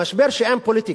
המשבר שאין פוליטיקה.